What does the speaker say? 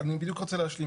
אני בדיוק רוצה להשלים.